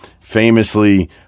Famously